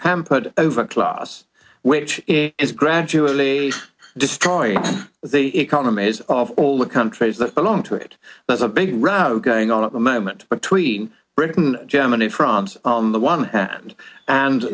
p over a class which is gradually destroy the economies of all the countries that belong to it that's a big route going on at the moment between britain germany france in the one hand and